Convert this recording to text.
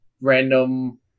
random